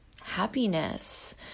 happiness